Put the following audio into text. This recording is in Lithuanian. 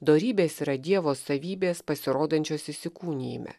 dorybės yra dievo savybės pasirodančios įsikūnijime